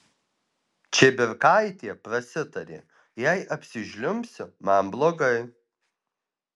čibirkaitė prasitarė jei apsižliumbsiu man blogai